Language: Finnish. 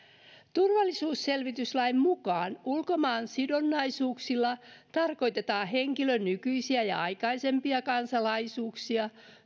turvallisuusselvityslain mukaan ulkomaansidonnaisuuksilla tarkoitetaan henkilön nykyisiä ja aikaisempia kansalaisuuksia